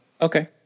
Okay